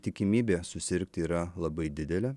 tikimybė susirgti yra labai didelė